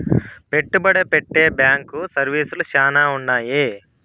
పెట్టుబడి పెట్టే బ్యాంకు సర్వీసులు శ్యానా ఉన్నాయి